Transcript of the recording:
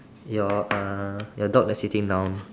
your uh your dog is sitting down